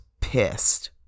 pissed